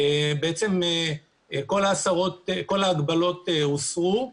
בעצם כל ההגבלות הוסרו.